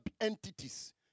entities